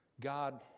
God